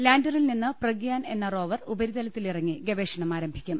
ലാൻറിൽനിന്ന് പ്രഗ്യാൻ എന്ന റോവർ ഉപരിതലത്തിലിറങ്ങി ഗവേഷണം ആരംഭിക്കും